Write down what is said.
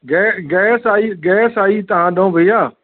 gas gas आई gas आई तव्हां वठो भईया